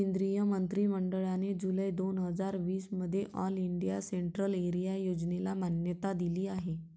केंद्रीय मंत्रि मंडळाने जुलै दोन हजार वीस मध्ये ऑल इंडिया सेंट्रल एरिया योजनेला मान्यता दिली आहे